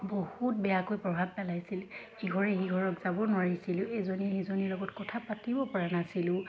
বহুত বেয়াকৈ প্ৰভাৱ পেলাইছিল ইঘৰে সিঘৰক যাব নোৱাৰিছিলোঁ ইজনী সিজনীৰ লগত কথা পাতিবওপৰা নাছিলোঁ